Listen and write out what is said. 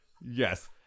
Yes